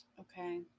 Okay